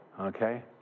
Okay